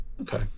Okay